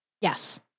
Yes